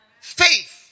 Faith